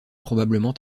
probablement